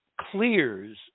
clears